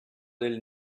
del